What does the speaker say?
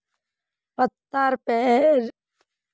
पत्तार रेशा स डोरी बनाल जाछेक